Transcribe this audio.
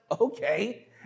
okay